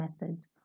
methods